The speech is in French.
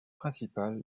principal